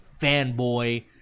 fanboy